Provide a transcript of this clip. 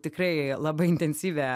tikrai labai intensyvią